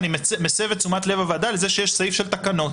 אני מסב את תשומת לב הוועדה לכך שיש סעיף של תקנות,